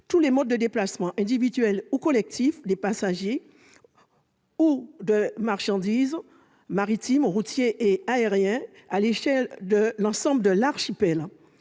tous les modes de déplacements individuels ou collectifs, de passagers ou de marchandises, maritime, routier et aérien, à l'échelle de l'ensemble de l'archipel.